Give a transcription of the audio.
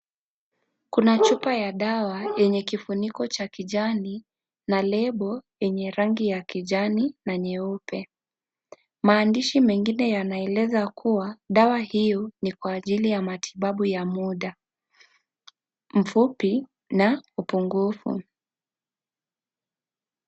Kuna chupa ya dawa yenye kifuniko cha kijani na lebo yenye rangi ya kijani na nyeupe. Maandishi mengie yanaeleza kuwa dawa hiyo ni kwa ajili ya matibabu ya muda mfupi na upungufu.